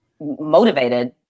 motivated